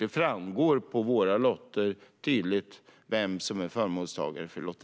Det framgår tydligt på våra lotter vem som är förmånstagare.